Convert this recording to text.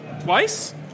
Twice